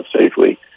safely